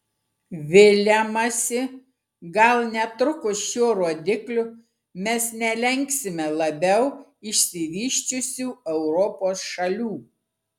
viliamasi gal netrukus šiuo rodikliu mes nelenksime labiau išsivysčiusių europos šalių